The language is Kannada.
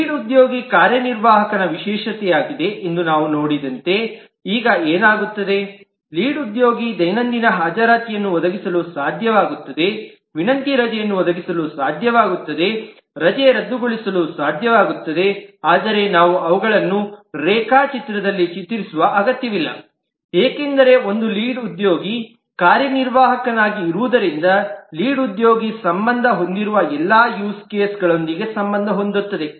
ಲೀಡ್ ಉದ್ಯೋಗಿ ಕಾರ್ಯನಿರ್ವಾಹಕನ ವಿಶೇಷತೆಯಾಗಿದೆ ಎಂದು ನಾವು ನೋಡಿದಂತೆ ಈಗ ಏನಾಗುತ್ತದೆ ಲೀಡ್ ಉದ್ಯೋಗಿ ದೈನಂದಿನ ಹಾಜರಾತಿಯನ್ನು ಒದಗಿಸಲು ಸಾಧ್ಯವಾಗುತ್ತದೆ ವಿನಂತಿ ರಜೆಯನ್ನು ಒದಗಿಸಲು ಸಾಧ್ಯವಾಗುತ್ತದೆ ರಜೆ ರದ್ದುಗೊಳಿಸಲು ಸಾಧ್ಯವಾಗುತ್ತದೆ ಆದರೆ ನಾವು ಅವುಗಳನ್ನು ರೇಖಾಚಿತ್ರದಲ್ಲಿ ಚಿತ್ರಿಸುವ ಅಗತ್ಯವಿಲ್ಲ ಏಕೆಂದರೆ ಒಂದು ಲೀಡ್ ಉದ್ಯೋಗಿ ಕಾರ್ಯನಿರ್ವಾಹಕನಾಗಿರುವುದರಿಂದ ಕಾರ್ಯನಿರ್ವಾಹಕರಿಂದ ಲೀಡ್ ಉದ್ಯೋಗಿ ಕಾರ್ಯನಿರ್ವಾಹಕ ಸಂಬಂಧ ಹೊಂದಿರುವ ಎಲ್ಲಾ ಯೂಸ್ ಕೇಸ್ಗಳೊಂದಿಗೆ ಸಂಬಂಧ ಹೊಂದುತ್ತದೆ